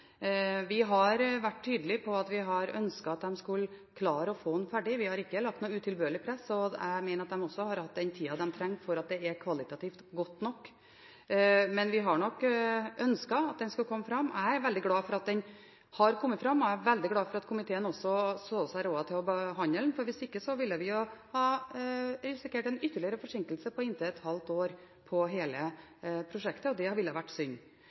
Vi har vært tydelige på at vi har ønsket at de skulle klare å få den ferdig. Vi har ikke lagt noe utilbørlig press, og jeg mener at de også har hatt den tiden de trenger for at det er kvalitativt godt nok. Men vi hadde nok ønsket at den skulle komme fram. Jeg er veldig glad for at den har kommet fram, og jeg er veldig glad for at komiteen også så seg råd til å behandle den, for hvis ikke ville vi ha risikert en ytterligere forsinkelse på inntil et halvt år på hele prosjektet, og det ville ha vært synd.